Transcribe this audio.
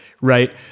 right